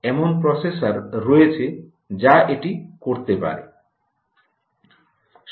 এমন প্রসেসর রয়েছে যা এটি করতে পারে